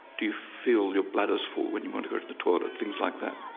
do you feel your bladder's full when you want to go to the toilet? things like that.